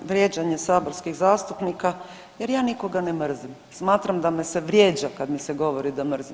238. vrijeđanje saborskih zastupnika jer ja nikoga ne mrzim, smatram da me se vrijeđa kad mi se govori da mrzim.